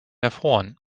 erfroren